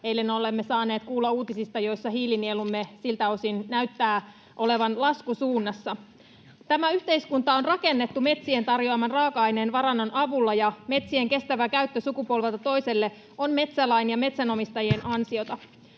Eilen olemme saaneet kuulla uutisista, joissa hiilinielumme siltä osin näyttää olevan laskusuunnassa. Tämä yhteiskunta on rakennettu metsien tarjoaman raaka-aineen varannon avulla, ja metsien kestävä käyttö sukupolvelta toiselle on metsälain ja metsänomistajien ansiota.